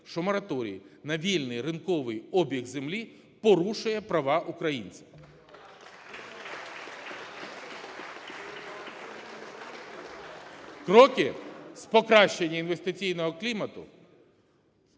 що мораторій на вільний ринковий обіг землі порушує права українців. (Оплески) Кроки з покращення інвестиційного клімату…